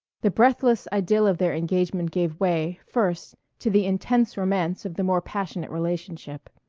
the breathless idyl of their engagement gave way, first, to the intense romance of the more passionate relationship.